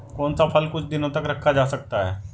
कौन सा फल कुछ दिनों तक रखा जा सकता है?